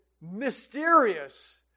mysterious